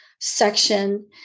section